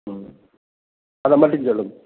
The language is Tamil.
ம் அதை மட்டும் சொல்லுங்கள்